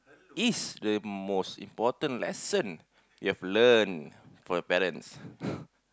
is the most important lesson you have learnt from your parents